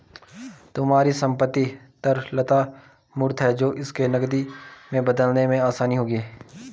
तुम्हारी संपत्ति तरलता मूर्त है तो इसे नकदी में बदलने में आसानी होगी